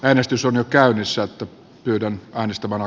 äänestys on käynnissä tappioiden ahdistamalla